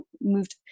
moved